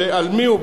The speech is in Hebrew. שעל מי הוא,